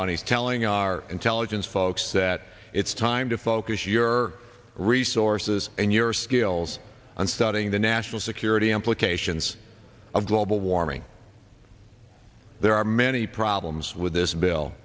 bonnie telling our intelligence folks that it's time to focus your resources and your skills on studying the national security implications of global warming there are many problems with this bill